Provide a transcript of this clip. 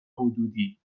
حدودی